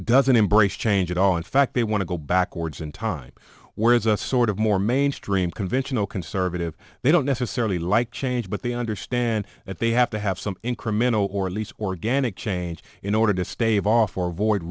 doesn't embrace change at all in fact they want to go backwards in time where as a sort of more mainstream conventional conservative they don't necessarily like change but they understand that they have to have some incremental or at least organic change in order to stave off or avoid